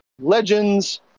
legends